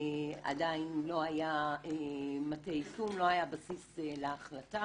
עדיין לא היה מטה יישום, לא היה בסיס להחלטה.